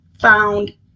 found